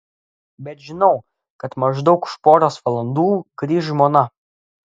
bet žinau kad maždaug už poros valandų grįš žmona